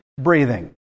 breathing